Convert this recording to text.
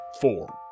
four